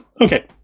Okay